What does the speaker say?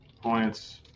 points